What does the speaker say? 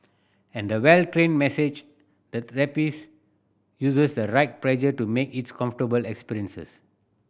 and the well trained massage therapist uses the right pressure to make its comfortable experience